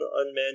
unmanned